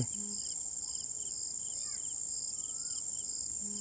seedlings বা গাছের চারার বিভিন্ন হাইব্রিড প্রজাতি হয়